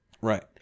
Right